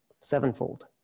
sevenfold